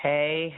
Hey